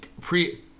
pre